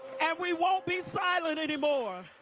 and we won't be silent anymore.